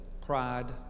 pride